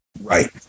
right